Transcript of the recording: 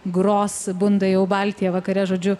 gros bunda jau baltija vakare žodžiu